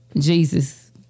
Jesus